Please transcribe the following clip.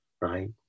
right